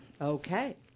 Okay